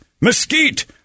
mesquite